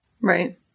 Right